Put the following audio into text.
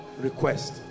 request